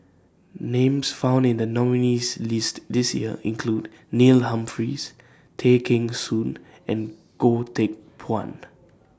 Names found in The nominees' list This Year include Neil Humphreys Tay Kheng Soon and Goh Teck Phuan